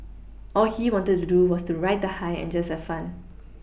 all he wanted to do was to ride the high and just have fun